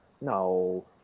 no